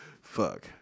Fuck